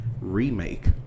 remake